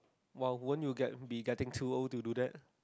!wow! won't you get be getting too old to do that